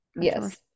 Yes